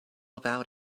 about